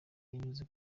unyuze